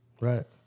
Right